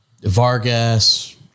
Vargas